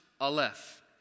Aleph